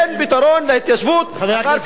אחר כך נדון לגבי סוגיית הקרקעות.